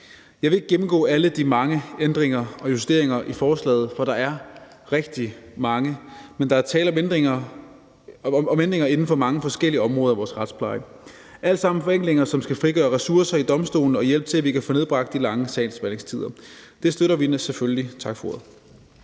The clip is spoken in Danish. Jeg vil ikke gennemgå alle de mange ændringer og justeringer i forslaget, for der er rigtig mange, men der er tale om ændringer inden for mange forskellige områder af vores retspleje. Det er alt sammen forenklinger, som skal frigøre ressourcer i domstolene og hjælp til, at vi kan få nedbragt de lange sagsbehandlingstider. Det støtter vi selvfølgelig. Tak for ordet.